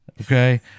Okay